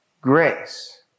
grace